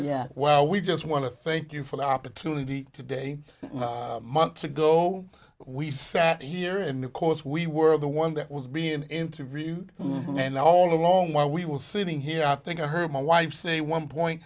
yeah well we just want to thank you for the opportunity today months ago we sat here and because we were the one that was being interviewed and all along well we will sitting here i think i heard my wife say one point